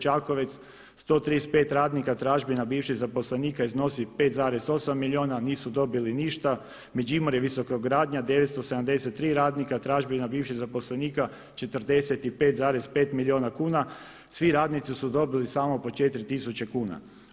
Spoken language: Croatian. Čakovec 135 radnika tražbina bivših zaposlenika iznosi 5,8 milijuna a nisu dobili ništa, Međimurje Visokogradnja 973 radnika tražbina bivših zaposlenika 45,5 milijuna kuna, svi radnici su dobili samo po 4 tisuće kuna.